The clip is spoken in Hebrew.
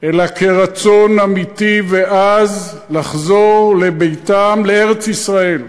אלא כרצון אמיתי ועז לחזור לביתם, לארץ-ישראל.